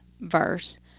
verse